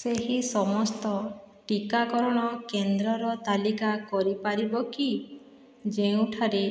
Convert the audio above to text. ସେହି ସମସ୍ତ ଟିକାକରଣ କେନ୍ଦ୍ରର ତାଲିକା କରିପାରିବ କି ଯେଉଁଠାରେ